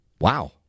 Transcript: Wow